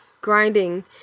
grinding